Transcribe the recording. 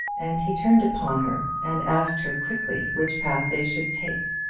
and he turned upon her and asked her quickly which path they should take.